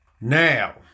Now